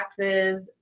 taxes